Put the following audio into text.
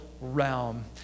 realm